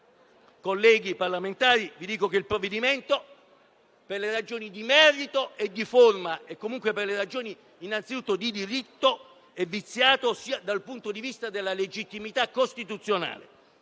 Colleghi parlamentari, il provvedimento, per le ragioni di merito e di forma, e innanzitutto per le ragioni di diritto, è viziato sia dal punto di vista della legittimità costituzionale,